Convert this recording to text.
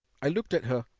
i looked at her,